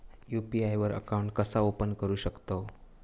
UPI वर account कसा open करू शकतव?